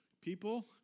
people